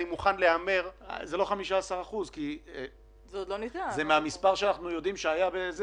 אני מוכן להמר -- זה לא 15%. זה מהמספר שאנחנו יודעים שהיה.